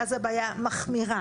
ואז הבעיה מחמירה.